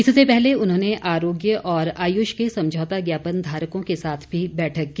इससे पहले उन्होंने आरोग्य और आयुष के समझौता ज्ञापन धारकों के साथ भी बैठक की